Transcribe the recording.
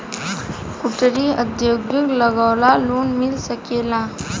कुटिर उद्योग लगवेला लोन मिल सकेला?